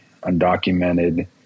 undocumented